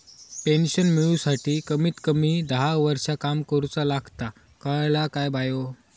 Pension मिळूसाठी कमीत कमी दहा वर्षां काम करुचा लागता, कळला काय बायो?